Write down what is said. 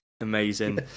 Amazing